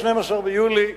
12 ביולי,